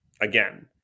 again